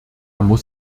muss